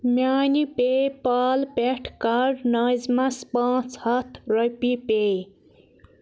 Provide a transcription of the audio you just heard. میٛانہِ پے پال پٮ۪ٹھ کَر ناظِمَس پانٛژ ہتھ رۄپیہِ پے